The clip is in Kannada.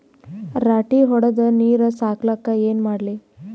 ರಾಟಿ ಹೊಡದ ನೀರ ಸಾಕಾಗಲ್ಲ ಏನ ಮಾಡ್ಲಿ?